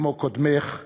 כמו קודמך ג'ומס,